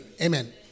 Amen